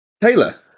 Taylor